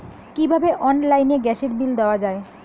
কিভাবে অনলাইনে গ্যাসের বিল দেওয়া যায়?